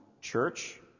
Church